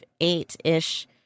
eight-ish